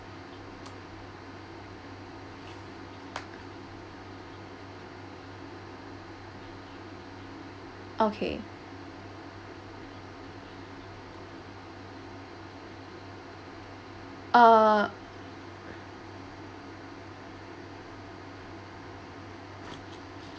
okay uh